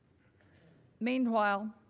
meanwhile,